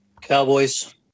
Cowboys